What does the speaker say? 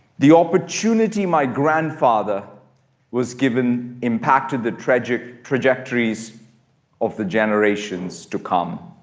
the opportunity my grandfather was given impacted the trajectories trajectories of the generations to come.